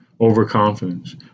overconfidence